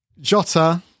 Jota